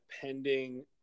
pending